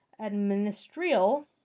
administrial